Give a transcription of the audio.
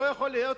לא יכול להיות,